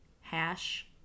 hash